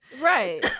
Right